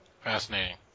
fascinating